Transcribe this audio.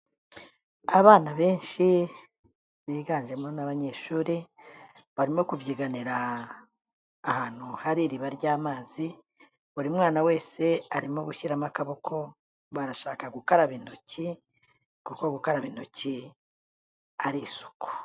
Abana benshi biganjemo n'abanyeshuri barimo kubyiganira ahantu hari iriba ry'amazi, buri mwana wese arimo gushyiramo akaboko barashaka gukaraba intoki kuko gukaraba intoki ari isuku.